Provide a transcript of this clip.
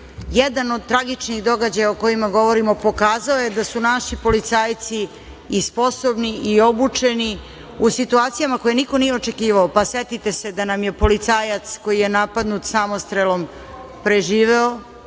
jedan od tragičnih događaja o kojima govorimo pokazao je da su naši policajci i sposobni i obučeni u situacijama koje niko nije očekivao. Setite se da nam je policajac koji napadnut samostrelom preživeo